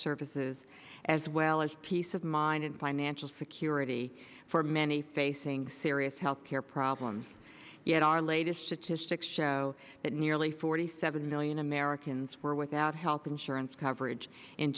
services as well as peace of mind and financial security for many facing serious health care problems yet our latest statistics show that nearly forty seven million americans were without health insurance coverage in